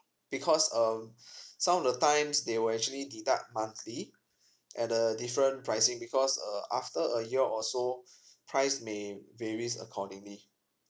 because um some of the times they will actually deduct monthly at the different pricing because uh after a year or so price may varies accordingly